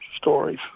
stories